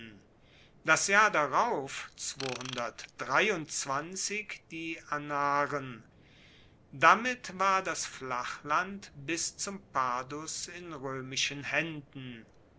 das jahr darauf die anaren damit war das flachland bis zum padus in roemischen haenden